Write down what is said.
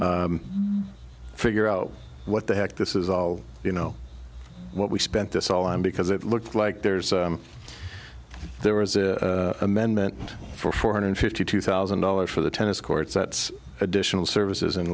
as figure out what the heck this is all you know what we spent this all on because it looks like there's there was a amendment for four hundred fifty two thousand dollars for the tennis courts that's additional services and